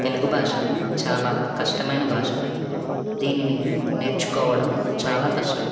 తెలుగు భాష చాలా కష్టమైన భాష దీనిని నేర్చుకోవడం చాలా కష్టం